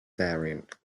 variant